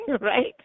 right